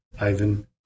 Ivan